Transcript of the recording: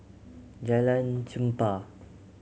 Jalan Chempah